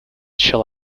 shall